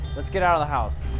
let's get out of the house.